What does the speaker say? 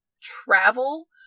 travel